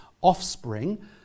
offspring